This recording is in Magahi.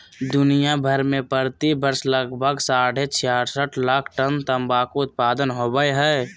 दुनिया भर में प्रति वर्ष लगभग साढ़े छियासठ लाख टन तंबाकू उत्पादन होवई हई,